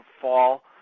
fall